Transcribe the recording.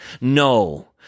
No